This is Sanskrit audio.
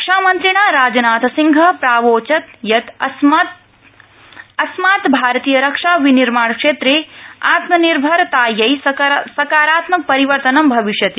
रक्षामन्त्रिणा राजनाथसिंह प्रावोचत् यत् अस्मात् भारतीय रक्षा विनिर्माण क्षेत्रे आत्मनिर्भरतायै सकारात्मकं परिवर्तनं भविष्यति